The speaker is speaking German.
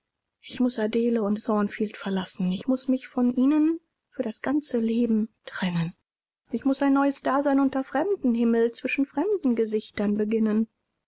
ich muß adele und thornfield verlassen ich muß mich von ihnen für das ganze leben trennen ich muß ein neues dasein unter fremdem himmel zwischen fremden gesichtern beginnen